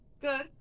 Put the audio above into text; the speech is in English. Good